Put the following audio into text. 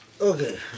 Okay